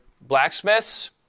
blacksmiths